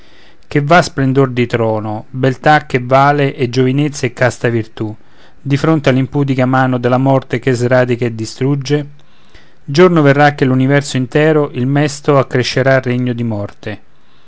che val splendor di trono beltà che vale e giovinezza e casta virtù di fronte all'impudica mano della morte che sradica e distrugge giorno verrà che l'universo intero il mesto accrescerà regno di morte